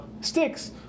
sticks